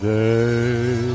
day